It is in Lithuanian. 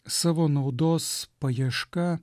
savo naudos paieška